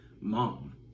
mom